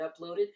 uploaded